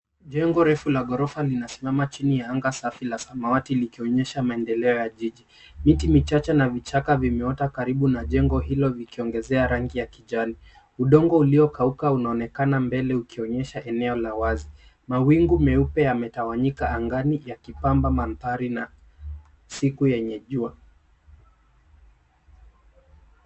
Jengo refu la ghorofa linasimama chini ya anga safi la samawati likionyesha maendeleo ya jiji. Miti michache na vichaka vimeota karibu na jengo hilo likiongezea rangi ya kijani. Udongo uliokauka unaonekana mbele ukionyesha eneo la wazi. Mawingu meupe yametawanyika angani yakipamba mandhari na siku yenye jua.